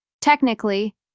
Technically